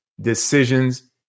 decisions